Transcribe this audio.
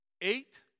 Eight